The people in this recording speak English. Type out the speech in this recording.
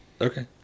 Okay